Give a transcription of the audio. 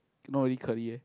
not really curly eh